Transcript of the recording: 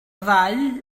ddau